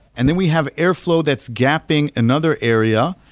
and then we have airflow that's gapping another area,